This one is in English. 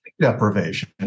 deprivation